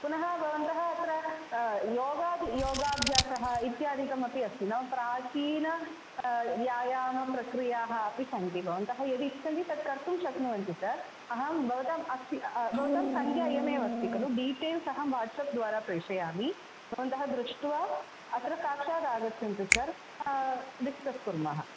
पुनः भवन्तः अत्र योगादि योगाभ्यासः इत्यादिकमपि अस्ति नाम प्राचीनाः व्यायामप्रक्रियाः अपि सन्ति भवन्तः यदि इच्छन्ति तत् कर्तुं शक्नुवन्ति सर् अहं भवताम् अक्सि भवतां सङ्ख्या इयमेव अस्ति खलु डीटेल्स् अहं वाट्सप्द्वारा प्रेषयामि भवन्तः दृष्ट्वा अत्र साक्षात् आगच्छन्तु सर् डिस्कस् कुर्मः